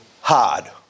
hard